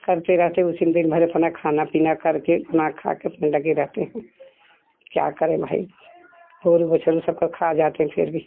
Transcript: करते रहते उसी दिन भर अपना खाना पीना कर के खाना खा कर अपना लगे रहते हैं क्या करे भाई खा जाते हैं फिर भी